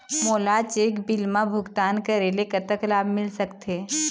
मोला cheque bill मा भुगतान करेले कतक लाभ मिल सकथे?